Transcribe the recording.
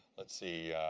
let's see,